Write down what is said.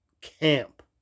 camp